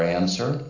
answer